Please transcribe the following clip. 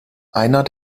einer